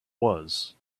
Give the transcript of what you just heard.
was